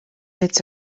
its